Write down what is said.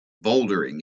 bouldering